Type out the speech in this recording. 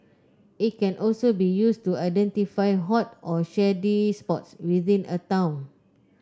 it can also be used to identify hot or shady spots within a town